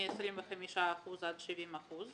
מ-25 אחוזים עד 70 אחוזים